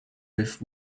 with